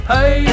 Hey